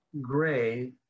gray